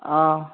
অঁ